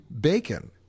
bacon